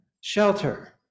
shelter